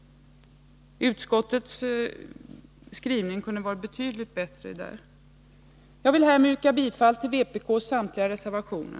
Utskottets skrivning kunde ha varit betydligt bättre i detta sammanhang. Jag vill härmed yrka bifall till vpk:s samtliga reservationer.